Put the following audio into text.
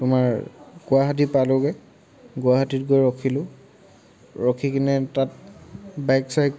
তোমাৰ গুৱাহাটী পালোঁগৈ গুৱাহাটীত গৈ ৰখিলোঁ ৰখি কিনে তাত বাইক চাইক